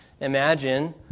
imagine